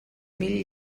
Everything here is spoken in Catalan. mil